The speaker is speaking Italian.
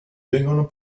vengono